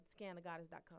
ScanTheGoddess.com